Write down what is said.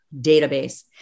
database